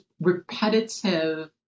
repetitive